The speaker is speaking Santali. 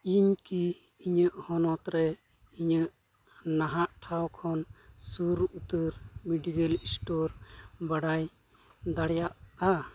ᱤᱧ ᱠᱤ ᱤᱧᱟᱹᱜ ᱦᱚᱱᱚᱛᱨᱮ ᱤᱧᱟᱹᱜ ᱱᱟᱦᱟᱜ ᱴᱷᱟᱶᱠᱷᱚᱱ ᱥᱩᱨᱩᱛᱟᱹᱨ ᱢᱮᱰᱤᱠᱮᱞ ᱤᱥᱴᱳᱨ ᱵᱟᱲᱟᱭ ᱫᱟᱲᱮᱭᱟᱜᱼᱟ